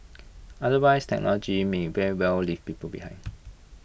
otherwise technology may very well leave people behind